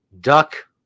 duck